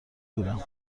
گیرم